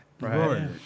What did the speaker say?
right